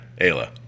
Ayla